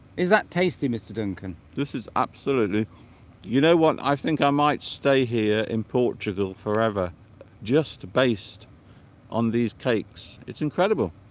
is that tasty mr. duncan this is absolutely you know what i think i might stay here in portugal forever just based on these cakes it's incredible